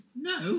No